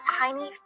tiny